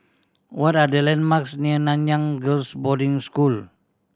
what are the landmarks near Nanyang Girls' Boarding School